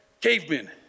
Cavemen